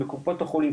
בקופות החולים,